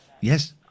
Yes